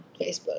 Facebook